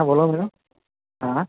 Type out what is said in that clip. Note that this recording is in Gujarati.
હા બોલો મેડમ હા